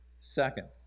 Second